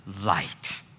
light